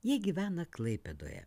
ji gyvena klaipėdoje